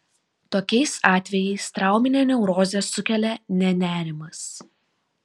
tokiais atvejais trauminę neurozę sukelia ne nerimas